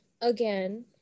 again